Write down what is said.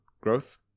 growth